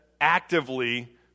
actively